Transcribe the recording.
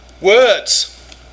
Words